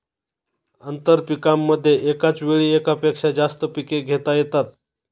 आंतरपीकांमध्ये एकाच वेळी एकापेक्षा जास्त पिके घेता येतात